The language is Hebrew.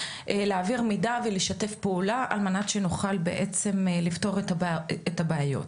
להעביר מידע ולשתף פעולה על מנת שנוכל בעצם לפתור את הבעיות.